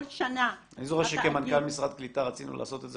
כל שנה --- אני זוכר שכמנכ"ל משרד הקליטה רצינו לעשות את זה,